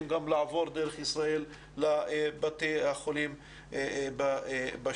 לעבור דרך ישראל לבתי החולים בשטחים.